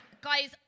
Guys